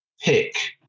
pick